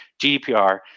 GDPR